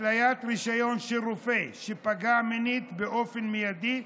התליית רישיון של רופא שפגע מינית באופן מיידי,